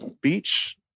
beach